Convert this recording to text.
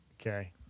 Okay